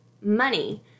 money